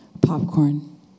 Popcorn